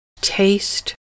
taste